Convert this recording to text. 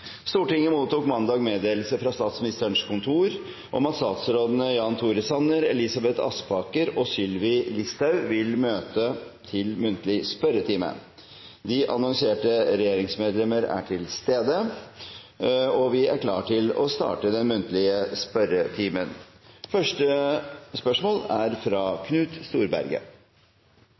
Stortinget mottok mandag meddelelse fra Statsministerens kontor om at statsrådene Jan Tore Sanner, Elisabeth Aspaker og Sylvi Listhaug vil møte til muntlig spørretime. De annonserte regjeringsmedlemmer er til stede, og vi er klare til å starte den muntlige spørretimen. Vi starter med første hovedspørsmål, fra representanten Knut Storberget.